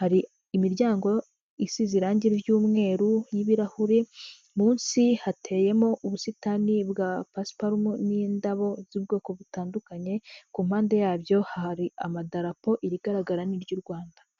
Hari imiryango isize irangi ry'umweru y'ibirahuri. Munsi hateyemo ubusitani bwa pasiparumu, n'indabo z'ubwoko butandukanye. Ku mpande ya byo hari amadarapo, irigaragara n'iry'u Rwanda.